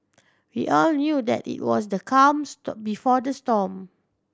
we all knew that it was the calm before the storm